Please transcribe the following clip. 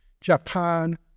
Japan